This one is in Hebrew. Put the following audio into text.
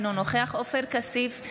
אינו נוכח עופר כסיף,